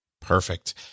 Perfect